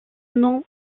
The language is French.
nom